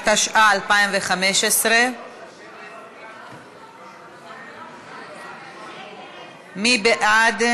התשע"ה 2015. מי בעד?